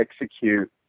execute